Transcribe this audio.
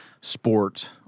sport